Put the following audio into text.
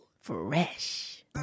Fresh